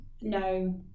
no